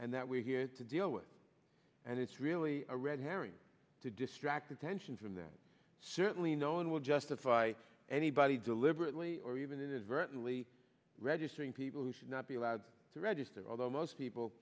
and that we're here to deal with and it's really a red herring to distract attention from that certainly no one will justify anybody deliberately or even inadvertently registering people who should not be allowed to register although most